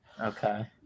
Okay